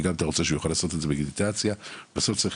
וגם אם אתה רוצה שהוא יוכל לעשות את זה בדיגיטציה,